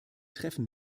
treffen